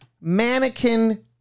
mannequin